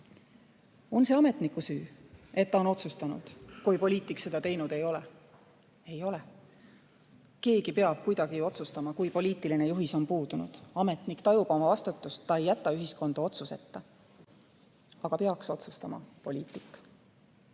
On see ametniku süü, et ta on otsustanud, kui poliitik seda teinud ei ole? Ei ole. Keegi peab kuidagi ju otsustama, kui poliitiline juhis puudub. Ametnik tajub oma vastutust, ta ei jäta ühiskonda otsuseta. Aga peaks otsustama poliitik.